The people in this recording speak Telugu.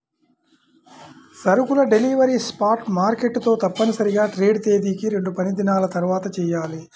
సరుకుల డెలివరీ స్పాట్ మార్కెట్ తో తప్పనిసరిగా ట్రేడ్ తేదీకి రెండుపనిదినాల తర్వాతచెయ్యాలి